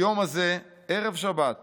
היום הזה ערב שבת ה'